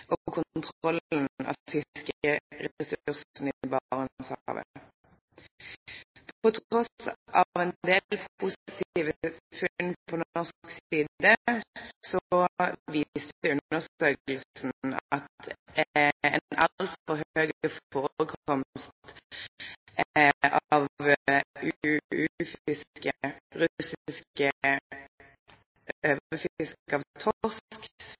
Barentshavet. På tross av en del positive funn på norsk side viste undersøkelsen en altfor høy forekomst av